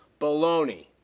Baloney